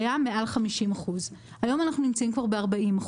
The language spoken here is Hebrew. היה מעל 50%. היום אנחנו נמצאים כבר ב-40%.